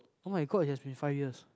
oh-my-god it has been five years